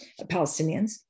Palestinians